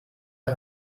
der